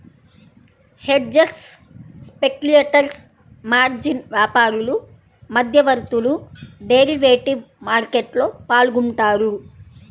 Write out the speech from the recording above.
hedgers, speculators, margin వ్యాపారులు, మధ్యవర్తులు derivative మార్కెట్లో పాల్గొంటారు